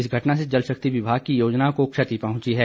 इस घटना से जल शक्ति विभाग की योजनाओं को क्षति पहुँची है